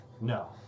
No